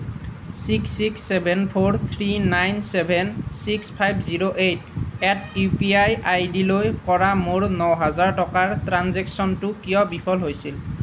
six six seven four three nine seven six five zero eight at U P I আইডিলৈ কৰা মোৰ ন হেজাৰ টকাৰ ট্ৰাঞ্জেক্শ্য়নটো কিয় বিফল হৈছিল